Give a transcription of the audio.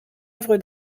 œuvre